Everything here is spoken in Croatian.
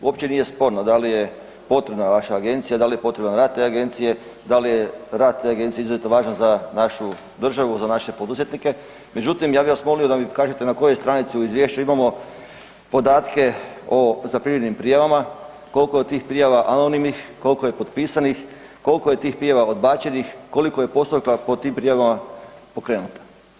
Uopće nije sporno da li je potrebna vaša Agencija, da li je potreba rad te Agencije, da li je rad te Agencije izuzetno važan za našu državu, za naše poduzetnike, međutim, ja bi vas molio da mi kažete na kojoj stranici u Izvješću imamo podatke o zaprimljenim prijavama, koliko od tih prijava anonimnih, koliko je potpisanih, koliko je tih prijava odbačenih, koliko je poslova po tim prijavama pokrenuta.